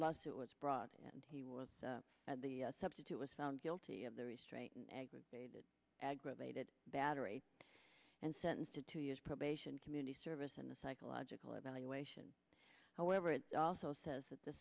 lawsuit was brought and he was the substitute was found guilty of the restraint and aggravated aggravated battery and sentenced to two years probation community service and a psychological evaluation however it also says that the